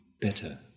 better